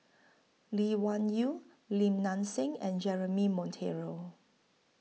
Lee Wung Yew Lim Nang Seng and Jeremy Monteiro